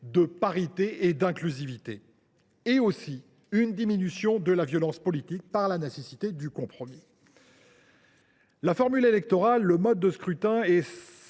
la parité et de l’inclusivité, ainsi que la diminution de la violence politique par la nécessité de compromis. La formule électorale et le mode de scrutin restent